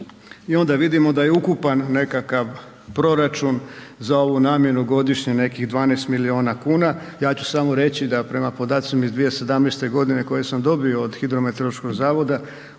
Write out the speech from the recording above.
I onda vidimo da je ukupan nekakav proračun za ovu namjenu godišnje nekih 12 miliona kuna. Ja ću samo reći da prema podacima iz 2017. godine koje sam dobio od